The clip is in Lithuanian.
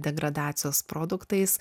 degradacijos produktais